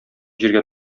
җиргә